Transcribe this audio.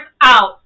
out